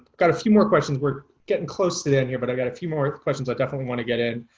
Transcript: got a few more questions we're getting close to the end here, but i got a few more questions, i definitely want to get in.